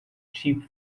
چیپ